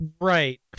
Right